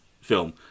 film